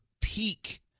peak